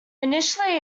initially